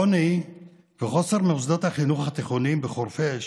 העוני וחוסר מוסדות החינוך התיכוניים בחורפיש